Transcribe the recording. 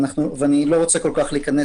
ותכף אגע